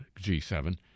G7